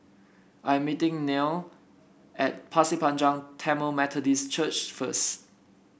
I am meeting Nell at Pasir Panjang Tamil Methodist Church first